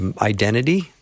identity